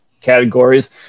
categories